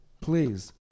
Please